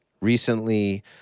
recently